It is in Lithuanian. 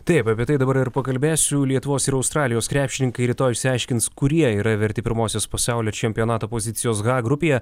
taip apie tai dabar pakalbėsiu lietuvos ir australijos krepšininkai rytoj išsiaiškins kurie yra verti pirmosios pasaulio čempionato pozicijos h grupėje